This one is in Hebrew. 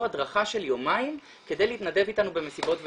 הדרכה של יומיים כדי להתנדב איתנו במסיבות ופסטיבלים,